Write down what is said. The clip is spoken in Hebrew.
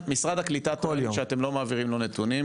משרד הקליטה טוען שאתם לא מעבירים לו נתונים,